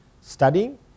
studying